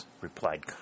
replied